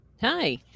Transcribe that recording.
hi